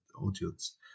audience